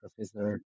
Professor